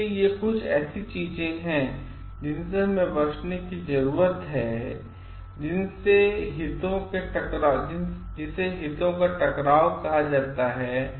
इसलिए ये कुछ ऐसी चीजें हैं जिनसे हमें बचने की जरूरत है जिसे हितों का टकराव कहा जाता है